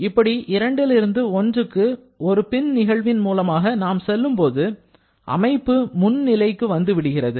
இப்படி 2ல் இருந்து 1க்கு ஒரு பின் நிகழ்வின் மூலமாக நாம் செல்லும்போது அமைப்பு முன் நிலைக்கு வந்துவிடுகிறது